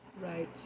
right